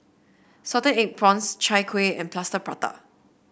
Salted Egg Prawns Chai Kueh and Plaster Prata